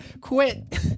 quit